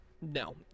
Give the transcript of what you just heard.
No